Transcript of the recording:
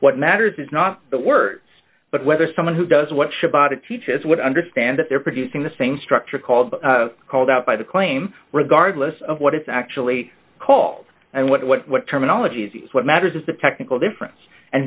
what matters is not the work but whether someone who does what she bought it teaches would understand that they're producing the same structure called called out by the claim regardless of what it's actually called and what terminology is what matters is the technical difference and